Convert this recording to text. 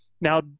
Now